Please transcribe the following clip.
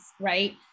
right